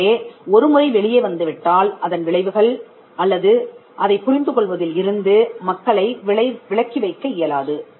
எனவே ஒருமுறை வெளியே வந்து விட்டால் அதன் விளைவுகள் அல்லது அதை புரிந்து கொள்வதில் இருந்து மக்களை விலக்கி வைக்க இயலாது